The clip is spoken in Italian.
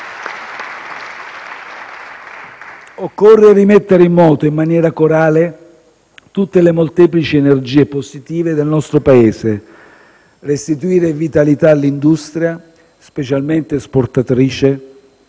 Occorre rimettere in moto in maniera corale tutte le molteplici energie positive del nostro Paese, restituire vitalità all'industria, specialmente esportatrice,